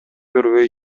көрбөй